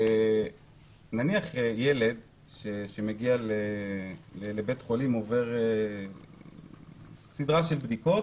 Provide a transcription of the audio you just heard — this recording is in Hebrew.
נניח ילד שמגיע לבית חולים עובר סדרה של בדיקות